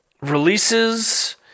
releases